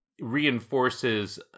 reinforces